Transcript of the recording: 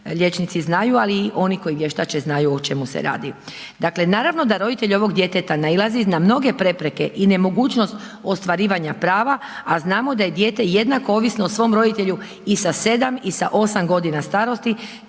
liječnici znaju, ali oni koji vještače znaju o čemu se radi. Dakle, naravno da roditelji ovoga djeteta nailaze na mnoge prepreke i nemogućnost ostvarivanja pravo, a znamo da je dijete jednako ovisno o svom roditelju i sa 7 i sa 8 godina starosti